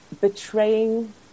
betraying